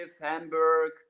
Hamburg